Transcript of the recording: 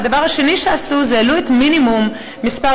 והדבר השני שעשו זה שהעלו את מינימום מספר